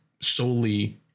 solely